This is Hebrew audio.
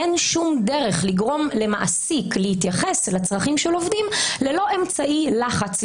אין שום דרך לגרום למעסיק להתייחס לצרכים של עובדים ללא אמצעי לחץ,